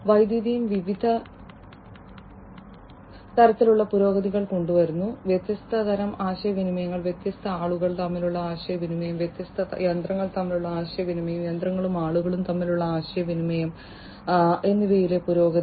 വൈദ്യുതിയും വിവിധ തരത്തിലുള്ള പുരോഗതികൾ കൊണ്ടുവരുന്നു വ്യത്യസ്ത തരം ആശയവിനിമയങ്ങൾ വ്യത്യസ്ത ആളുകൾ തമ്മിലുള്ള ആശയവിനിമയം വ്യത്യസ്ത യന്ത്രങ്ങൾ തമ്മിലുള്ള ആശയവിനിമയം യന്ത്രങ്ങളും ആളുകളും തമ്മിലുള്ള ആശയവിനിമയം എന്നിവയിലെ പുരോഗതി